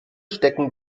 stecken